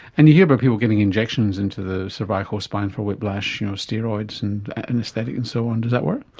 and you hear about people getting injections into the cervical spine for whiplash, you know steroids and anaesthetic and so on. does that work?